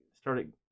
started